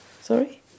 Sorry